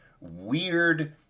weird